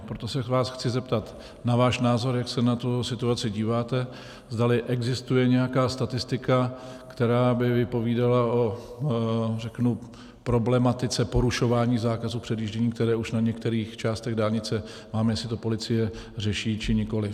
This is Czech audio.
Proto se vás chci zeptat na váš názor, jak se na tu situaci díváte, zdali existuje nějaká statistika, která by vypovídala o problematice porušování zákazu předjíždění, který už na některých částech dálnice máme, jestli to policie řeší či nikoliv.